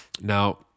Now